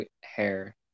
hair